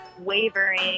wavering